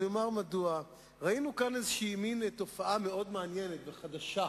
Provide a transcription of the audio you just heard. אני אומר מדוע: ראינו כאן תופעה מאוד מעניינת וחדשה.